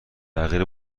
تغییر